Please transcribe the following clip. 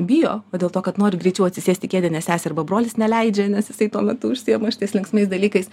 bijo o dėl to kad nori greičiau atsisėsti kėdę nes sesė arba brolis neleidžia nes jisai tuo metu užsiima šitais linksmais dalykais